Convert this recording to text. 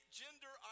gender